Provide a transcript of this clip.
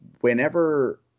whenever